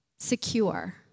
secure